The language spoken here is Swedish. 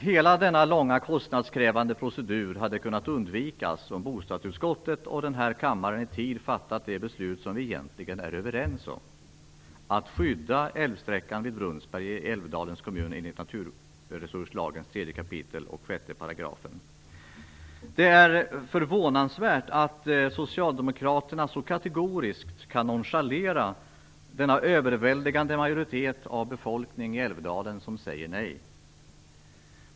Hela denna långa kostnadskrävande procedur hade kunnat undvikas om bostadsutskottet och den här kammaren i tid fattat det beslut som vi egentligen är överens om: att skydda älvsträckan vid Det är förvånansvärt att Socialdemokraterna så kategoriskt kan nonchalera denna överväldigande majoritet av befolkningen i Älvdalen som säger nej.